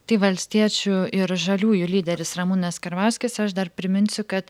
tai valstiečių ir žaliųjų lyderis ramūnas karbauskis aš dar priminsiu kad